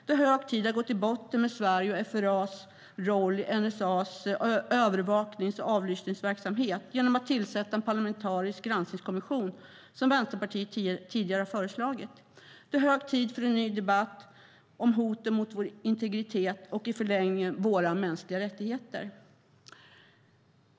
Det hög tid att gå till botten med Sveriges och FRA:s roll i NSA:s övervaknings och avlyssningsverksamhet genom att tillsätta en parlamentarisk granskningskommission, något som Vänsterpartiet tidigare föreslagit. Det är hög tid för en ny debatt om hoten mot vår integritet och i förlängningen våra mänskliga rättigheter.